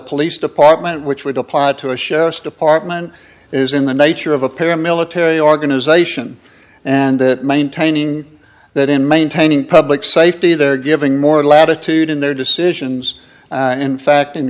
police department which would apply to a sheriff's department is in the nature of a paramilitary organization and that maintaining that in maintaining public safety they're giving more latitude in their decisions in fact in